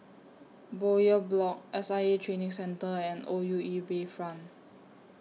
Bowyer Block S I A Training Centre and O U E Bayfront